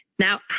Now